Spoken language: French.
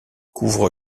couvre